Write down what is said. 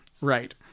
Right